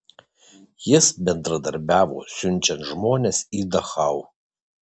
jis bendradarbiavo siunčiant žmones į dachau